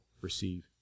receive